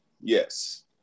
Yes